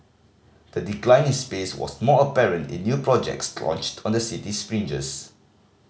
the decline in space was most apparent in new projects launched on the cities fringes